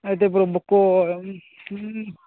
అయితే ఇప్పుడు బుక్కు